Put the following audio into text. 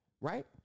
right